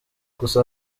gusa